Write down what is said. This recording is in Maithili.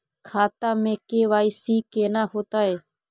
खाता में के.वाई.सी केना होतै?